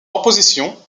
opposition